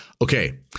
Okay